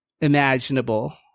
imaginable